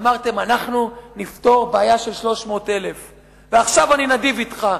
אמרתם: אנחנו נפתור בעיה של 300,000. ועכשיו אני נדיב אתך,